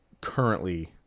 currently